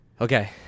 Okay